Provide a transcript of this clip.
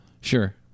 sure